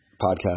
Podcast